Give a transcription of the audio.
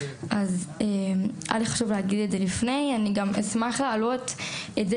אני אשמח להעלות את זה